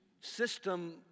system